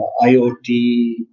IoT